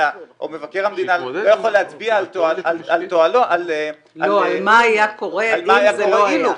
או מבקר המדינה לא יכול להצביע על מה היה קורה אילו,